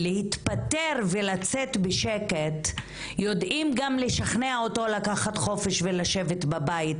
להתפטר ולצאת בשקט יודעים גם לשכנע אותו לקחת חופש ולשבת בבית,